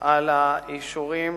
על האישורים,